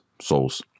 souls